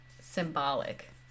symbolic